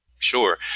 Sure